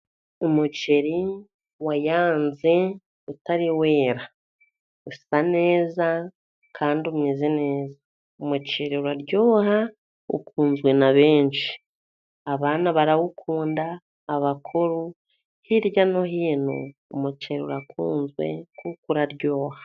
Umuceri wayanze utari wera. Usa neza kandi umeze neza. Umuceri uraryoha, ukunzwe na benshi. Abana barawukunda, abakuru, hirya no hino umuceri urakunzwe kuko uraryoha.